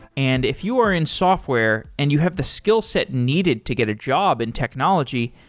and if you are in software and you have the skillset needed to get a job in technology,